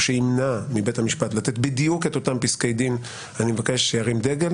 שימנע מבית המשפט לתת בדיוק את אותם פסקי דין אני מבקש שירים דגל